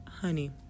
Honey